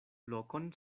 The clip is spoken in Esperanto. lokon